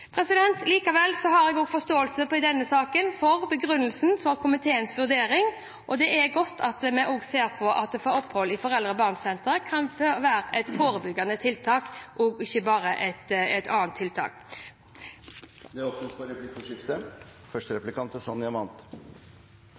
observasjon. Likevel har jeg i denne saken forståelse for begrunnelsen som ligger i komiteens merknader, og det er godt at vi også ser at opphold i foreldre-og-barn-sentre kan være et forebyggende tiltak og ikke bare et tiltak. Det blir replikkordskifte. Jeg vet at statsråden er opptatt av barns beste. Men litt til bekymringen fra FUG, altså Foreldreutvalget for